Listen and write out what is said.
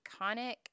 iconic